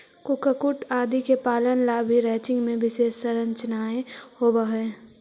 कुक्कुट आदि के पालन ला भी रैंचिंग में विशेष संरचनाएं होवअ हई